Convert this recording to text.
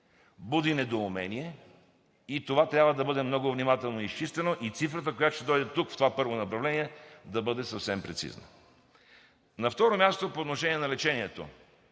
буди недоумение. Това трябва да бъде много внимателно изчистено и цифрата, която ще дойде в това първо направление, да бъде съвсем прецизна. На второ място, по отношение на лечението